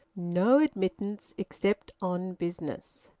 no admittance except on business.